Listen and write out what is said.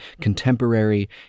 contemporary